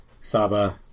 Saba